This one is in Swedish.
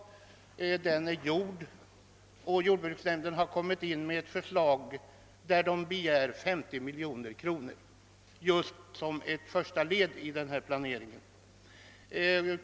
Den utredningen är gjord, och jordbruksnämnden har avgivit ett förslag, i vilket man begär 50 miljoner kronor som ett första led i genomförandet av denna planering.